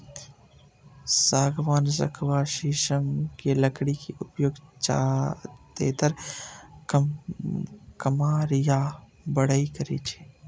सागवान, सखुआ, शीशम के लकड़ी के उपयोग जादेतर कमार या बढ़इ करै छै